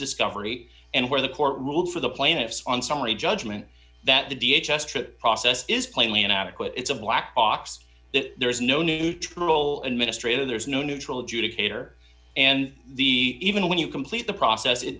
discovery and where the court ruled for the plaintiffs on summary judgment that the d h s trip process is plainly inadequate it's a black box that there is no neutral administrators no neutral adjudicator and the even when you complete the process it